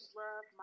love